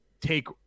take